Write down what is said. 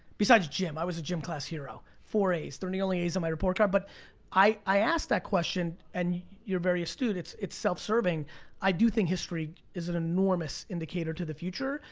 besides gym i was a gym class hero. four a's they're the only a's on my report card, but i asked that question, and you're very astute, it's it's self-serving, i do think history is an enormous indicator to the future.